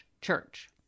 church